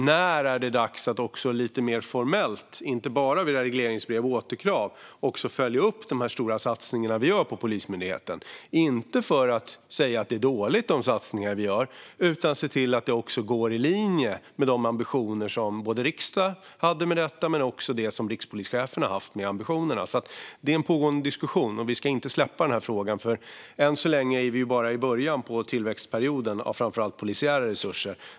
När är det dags att också lite mer formellt, inte bara via regleringsbrev och återkrav, följa upp de stora satsningar vi gör på Polismyndigheten? Det handlar inte om att säga att de satsningar vi gör är dåliga utan om att se till att det går i linje med de ambitioner som både riksdagen och rikspolischefen har haft med detta. Det är en pågående diskussion. Vi ska inte släppa frågan, för än så länge är vi bara i början av tillväxtperioden när det gäller framför allt polisiära resurser.